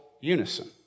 unison